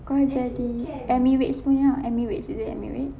kau boleh jadi emirates punya ah emirates is it emirates